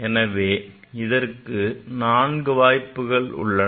எனவே இதற்கு நான்கு வாய்ப்புகள் உள்ளன